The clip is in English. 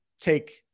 take